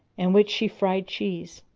in which she fried cheese.